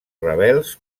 rebels